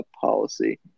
policy